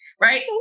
right